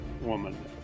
woman